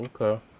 Okay